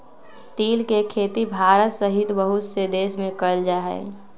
तिल के खेती भारत सहित बहुत से देश में कइल जाहई